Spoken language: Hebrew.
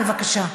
בבקשה.